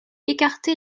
écarté